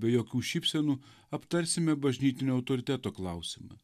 be jokių šypsenų aptarsime bažnytinio autoriteto klausimą